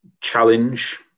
challenge